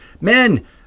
Men